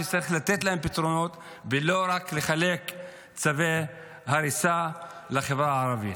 וצריך לתת להם פתרונות ולא רק לחלק צווי הריסה לחברה הערבית.